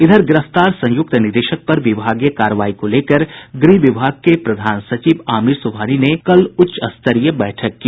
इधर गिरफ्तार संयुक्त निदेशक पर विभागीय कार्रवाई को लेकर गृह विभाग के प्रधान सचिव आमिर सुबहानी ने कल उच्चस्तरीय बैठक की